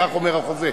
כך אומר החוזה,